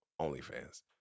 OnlyFans